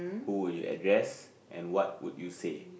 who would you address and what would you say